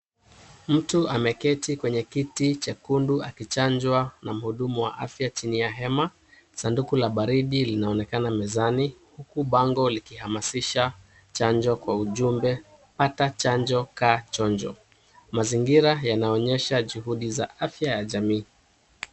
Mtu ameketi kwenye kiti chekundu akichanjwa na mhudumu wa afya chini ya hema. Sanduku la baridi linaonekana mezani huku bango likihamasisha chanjo kwa ujumbe, pata chanjo kaa chonjo. Mazingira yanaonyesha juhudi za afya ya jamii.